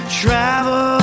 travel